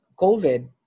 COVID